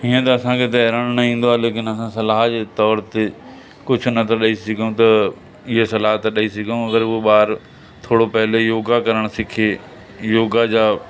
इअं त असांखे तरण न ईंदो आहे लेकिनि असां सलाह जे तौरु ते कुझु नथा ॾेई सघूं त इअं सलाह त ॾेई सघूं अगरि उहो ॿार थोरो पहिले योगा करण सिखे योगा जा